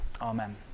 Amen